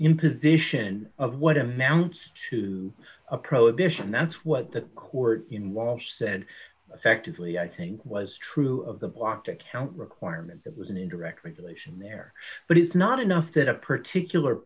imposition of what amounts to a prohibition that's what the court in walsh said effectively i think was true of the blocked account requirement that was an indirect regulation there but it's not enough that a particular